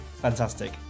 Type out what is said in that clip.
fantastic